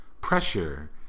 pressure